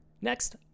Next